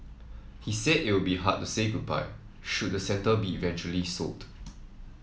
he said it would be hard to say goodbye should the centre be eventually sold